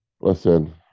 Listen